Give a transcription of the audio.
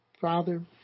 Father